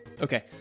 Okay